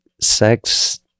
sex